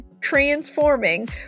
transforming